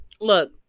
look